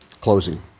Closing